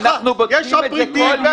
יש עוד פריטים --- אנחנו בודקים את זה כל יום.